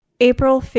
April